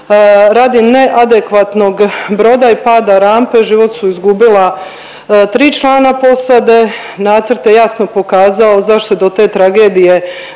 radi neadekvatnog broda i pada rampe život su izgubila tri člana posade, nacrt je jasno pokazao zašto je do te tragedije